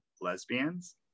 lesbians